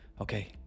Okay